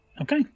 Okay